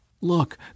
Look